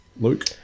Luke